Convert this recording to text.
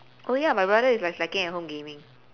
oh ya my brother is like slacking at home gaming